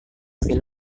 film